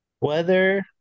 Weather